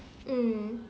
mm